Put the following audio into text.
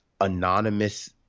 anonymous